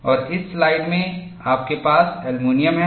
और इस स्लाइड में आपके पास एल्यूमीनियम है